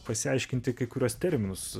pasiaiškinti kai kuriuos terminus